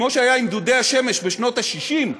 כמו שהיה עם דודי השמש בשנות ה-60,